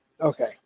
Okay